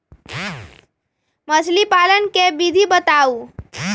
मछली पालन के विधि बताऊँ?